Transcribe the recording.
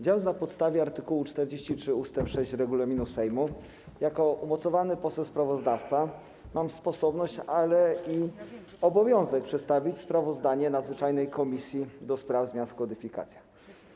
Działając na podstawie art. 43 ust. 6 regulaminu Sejmu, jako umocowany poseł sprawozdawca mam sposobność i obowiązek przedstawić sprawozdanie nadzwyczajnej komisji do spraw zmian w kodyfikacjach.